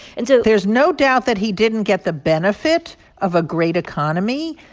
and so. there's no doubt that he didn't get the benefit of a great economy,